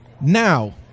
Now